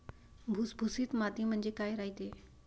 भुसभुशीत माती म्हणजे काय रायते?